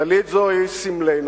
טלית זו היא סמלנו.